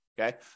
Okay